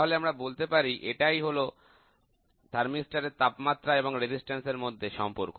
তাহলে আমরা বলতে পারি এটাই হল তার থার্মিস্টর তাপমাত্রা এবং রোধ এর মধ্যে সম্পর্ক